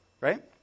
Right